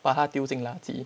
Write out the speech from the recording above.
把它丢进垃圾